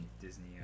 Disney